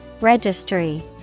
Registry